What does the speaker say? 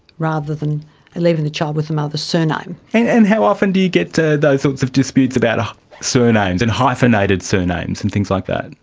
rather than leaving the child with the mother's surname. and and how often do you get those sorts of disputes about ah surnames and hyphenated surnames and things like that?